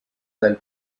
del